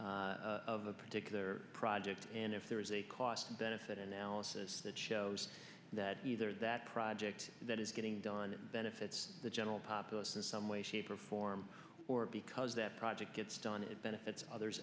the particular project and if there is a cost benefit analysis that shows that either that project that is getting done benefits the general populace in some way shape or form or because that project gets done it benefits others